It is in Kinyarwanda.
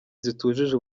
zitujuje